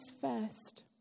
first